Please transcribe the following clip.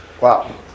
wow